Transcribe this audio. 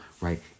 right